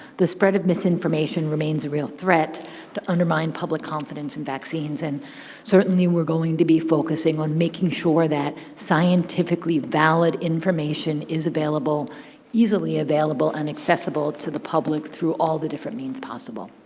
the spread of misinformation remains a real threat to undermine public confidence in vaccines, and certainly we're going to be focusing on making sure that scientifically valid information is easily available and accessible to the public through all the different means possible.